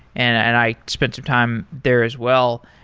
and and i spent some time there as well.